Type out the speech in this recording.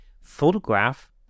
photograph